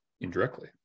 indirectly